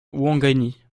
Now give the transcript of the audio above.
ouangani